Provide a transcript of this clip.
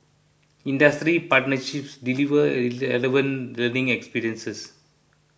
industry partnerships deliver relevant learning experiences